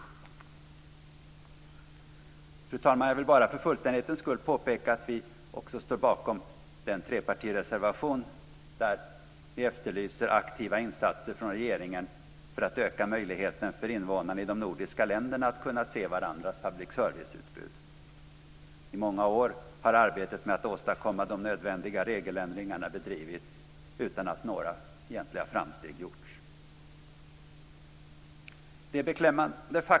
Fru talman! Jag vill bara för fullständighetens skull påpeka att vi också står bakom en trepartireservation där vi efterlyser aktiva insatser från regeringen för att öka möjligheten för invånarna i de nordiska länderna att se varandras public service-utbud. I många år har arbetet med att åstadkomma de nödvändiga regeländringarna bedrivits utan att några egentliga framsteg gjorts.